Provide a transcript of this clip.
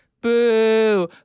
boo